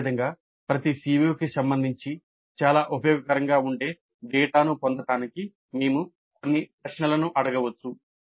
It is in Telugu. అదేవిధంగా ప్రతి CO కి సంబంధించి చాలా ఉపయోగకరంగా ఉండే డేటాను పొందడానికి మేము కొన్ని ప్రశ్నలను అడగవచ్చు